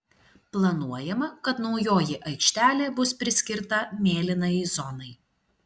planuojama kad naujoji aikštelė bus priskirta mėlynajai zonai